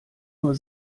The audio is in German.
nur